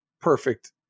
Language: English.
perfect